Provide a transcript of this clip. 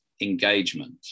engagement